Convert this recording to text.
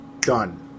done